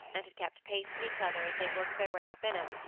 and had kept pace with each other as they worked their way up in it,